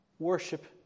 worship